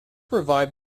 revived